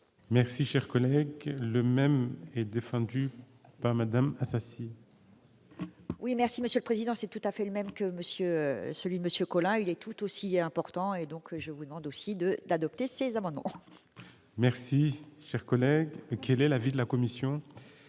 Merci, cher collègue que le même et défendu par Madame Assassi. Oui, merci Monsieur le Président, c'est tout à fait le même que monsieur celui monsieur Collin, il est tout aussi important et donc je vous demande aussi de d'adopter ces amendements. Merci, cher collègue, quel est l'avis de la commission